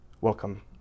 Welcome